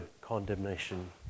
condemnation